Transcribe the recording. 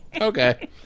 Okay